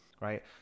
Right